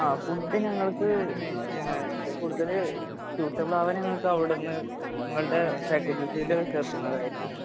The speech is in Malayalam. ആ ഫുഡ് ഞങ്ങൾക്ക് കൂടുതല് സ്യൂറ്റബിൾ ആകുന്നത് നിങ്ങള്ക്ക് അവിടെനിന്ന് നിങ്ങളുടെ പാക്കേജസില് ചേർക്കുന്നതായിരിക്കും